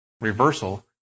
reversal